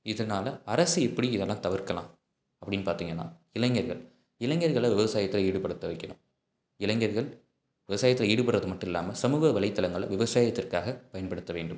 இதனால் அரசு எப்படி இதெல்லாம் தவிர்க்கலாம் அப்படின்னு பார்த்திங்கன்னா இளைஞர்கள் இளைஞர்களை விவசாயத்தில் ஈடுபடுத்த வைக்கணும் இளைஞர்கள் விவசாயத்தில் ஈடுபடுறது மட்டும் இல்லாமல் சமூக வலைத்தளங்களை விவசாயத்திற்காக பயன்படுத்த வேண்டும்